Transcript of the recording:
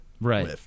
right